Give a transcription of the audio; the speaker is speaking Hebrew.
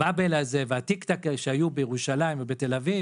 באבל ותיקתק האלה שהיו בירושלים ובתל אביב